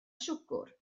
siwgr